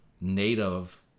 native